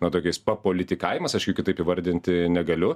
na tokiais papolitikavimas aš jų kitaip įvardinti negaliu